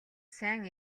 сайн